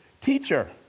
teacher